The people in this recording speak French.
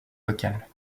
locales